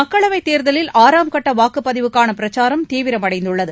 மக்களவைத்தேர்தலில் ஆறாம் கட்ட வாக்குப்பதிவுக்கான பிரச்சாரம் தீவிரமடைந்துள்ளது